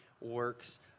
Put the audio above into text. works